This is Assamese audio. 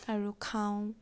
আৰু খাওঁ